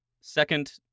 Second